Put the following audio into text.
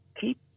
keep